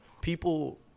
people